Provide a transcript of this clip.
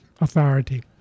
authority